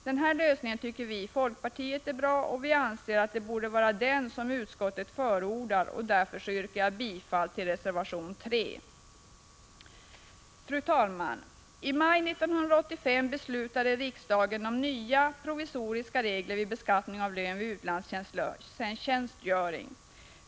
Den här lösningen tycker vi i folkpartiet är bra, och vi anser att det borde vara den som utskottet förordar. Därför yrkar jag bifall till reservation 3. Fru talman! I maj 1985 beslutade riksdagen om nya provisoriska regler vid beskattning av lön vid utlandstjänstgöring.